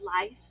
life